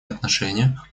отношения